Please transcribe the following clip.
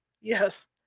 Yes